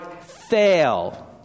fail